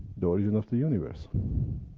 the origin of the universe!